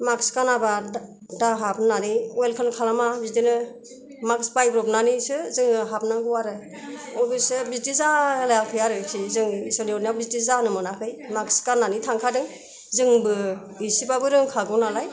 mask गानाबा दाहाब होननानै वेलकाम खालामा बिदिनो मास्क बायब्रब नानैसो जोङो हाबनांगौ आरो अबयस' बिदि जालायाखै आरोखि जों इसोरनि अननायाव बिदि जानो मोनाखै मास्क गान्नानै थांखादों जोंबो एसेबाबो रोंखागौ नालाय